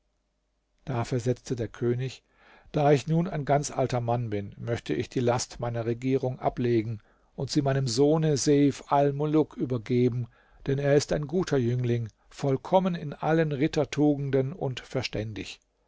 da versetzte der könig da ich nun ein ganz alter mann bin möchte ich die last meiner regierung ablegen und sie meinem sohne seif almuluk übergeben denn er ist ein guter jüngling vollkommen in allen rittertugenden und verständig